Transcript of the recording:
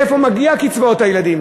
מאיפה מגיעות קצבאות הילדים.